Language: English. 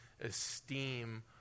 esteem